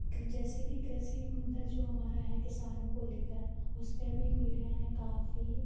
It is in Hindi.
किन जैसे कि कृषि मुद्दा जो हमारा है किसानों को लेकर उसपे भी मीडिया ने काफ़ी